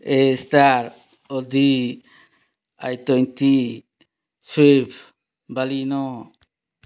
a star Audi I twenty swift bale no